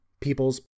people's